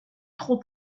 trop